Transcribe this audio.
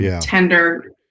tender